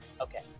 Okay